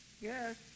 Yes